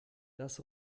das